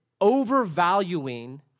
overvaluing